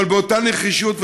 אבל באותה נחישות,